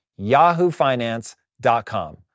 yahoofinance.com